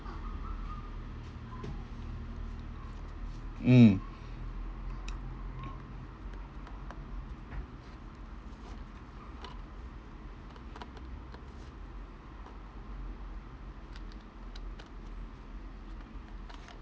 mm